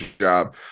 job